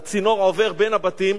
הצינור עובר בין הבתים,